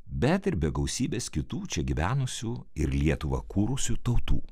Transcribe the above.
bet ir be gausybės kitų čia gyvenusių ir lietuvą kūrusių tautų